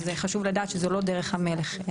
זה חשוב לדעת שזה לא דרך המלך.